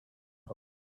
hole